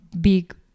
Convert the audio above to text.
big